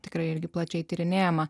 tikrai irgi plačiai tyrinėjama